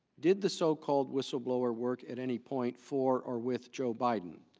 did the so-called whistleblower work at any point for or with joe biden?